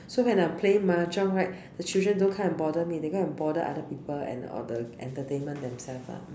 so when I'm playing mahjong right the children don't come and bother me they go and bother other people and or the entertainment themselves lah mm